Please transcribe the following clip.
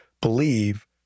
believe